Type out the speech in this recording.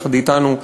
יחד אתנו,